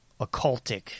occultic